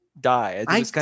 die